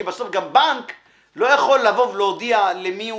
כי בסופו של דבר גם הבנק לא יכול להגיד למי הוא